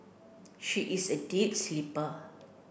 she is a deep sleeper